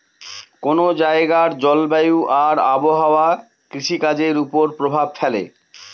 কোন জায়গার জলবায়ু আর আবহাওয়া কৃষিকাজের উপর প্রভাব ফেলে